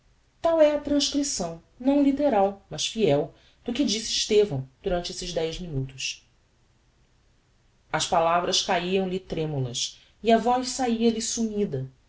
tal é a transcripção não litteral mas fiel do que disse estevão durante esse dez minutos as palavras caíam-lhe tremulas e a voz saía lhe sumida